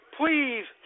please